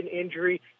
injury